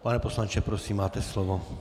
Pane poslanče, prosím, máte slovo.